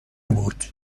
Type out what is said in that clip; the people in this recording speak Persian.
بود